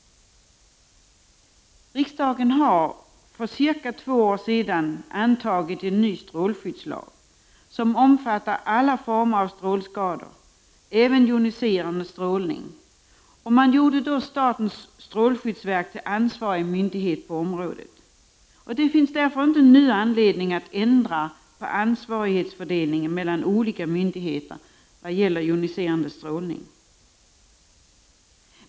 Riksdagen har för cirka två år sedan antagit en ny strålskyddslag, som omfattar alla former av strålskador, även av joniserande strålning, och statens strålskyddsinstitut gjordes till ansvarig myndighet på området. Det finns därför inte nu anledning att ändra ansvarighetsfördelningen mellan olika myndigheter vad gäller joniserande strålning.